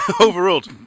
Overruled